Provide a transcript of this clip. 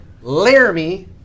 Laramie